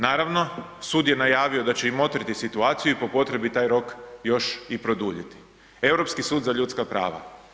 Naravno, sud je najavio da će i motriti situaciju i po potrebi taj rok još i produljiti, Europski sud za ljudska prava.